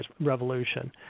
revolution